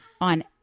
on